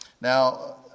Now